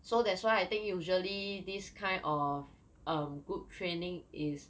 so that's why I think usually this kind of um good training is